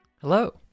Hello